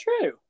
true